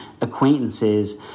acquaintances